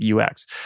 UX